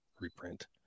reprint